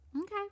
Okay